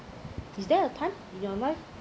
is there a time in your life